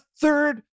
third